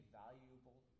valuable